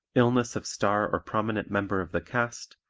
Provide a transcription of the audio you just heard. illness of star or prominent member of the cast,